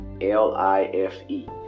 L-I-F-E